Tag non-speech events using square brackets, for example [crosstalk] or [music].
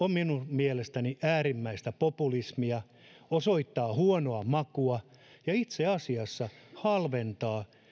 [unintelligible] on minun mielestäni äärimmäistä populismia osoittaa huonoa makua ja itse asiassa halventaa